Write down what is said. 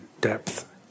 depth